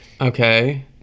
Okay